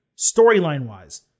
Storyline-wise